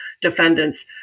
defendants